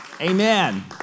Amen